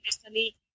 personally